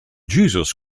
jesus